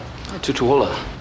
Tutuola